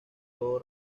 todo